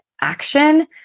action